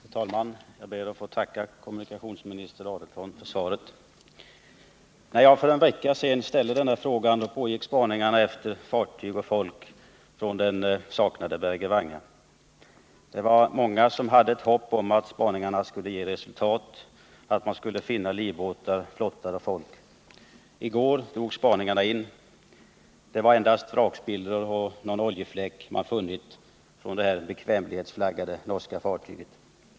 Herr talman! Jag ber att få tacka kommunikationsministern för svaret. När jag för en vecka sedan ställde frågan pågick spaningarna efter den saknade Berge Vanga. Många hyste fortfarande hoppet att spaningarna skulle ge resultat, att man skulle finna livbåtar, flottar och människor. I går drogs spaningarna in. Man hade bara funnit vrakspillror och någon oljefläck från detta bekvämlighetsflaggade norska fartyg.